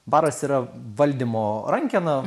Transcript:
baras yra valdymo rankena